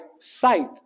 sight